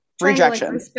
rejection